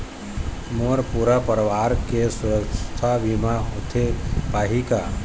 मोर पूरा परवार के सुवास्थ बीमा होथे पाही का?